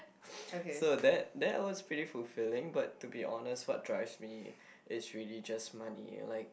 so that that was pretty fulfilling but to be honest what drives me is really just money like